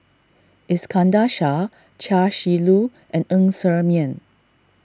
Iskandar Shah Chia Shi Lu and Ng Ser Miang